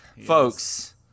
folks